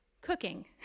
cooking